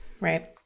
right